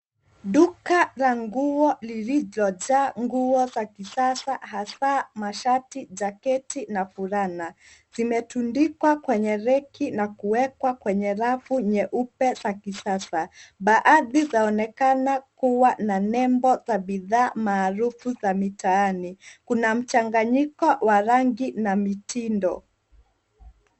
Duka la nguo lililojaa nguo za kisasa hasaa mashati, jaketi na fulana zimetundikwa kwenye reki na kuwekwa kwenye rafu nyeupe za kisasa. Baadhi zaonekana kuwa na nembo za bidhaa maarufu za mitaani. Kuna mchanganyiko wa rangi na mitindo.